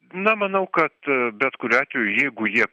na manau kad bet kuriuo atveju jeigu jie